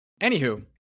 Anywho